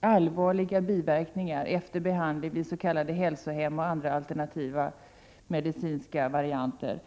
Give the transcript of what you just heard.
allvarliga biverkningar har uppstått efter behandling vid s.k. hälsohem, med andra alternativa medicinska varianter.